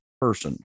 person